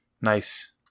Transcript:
Nice